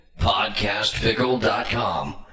PodcastPickle.com